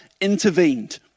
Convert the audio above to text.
intervened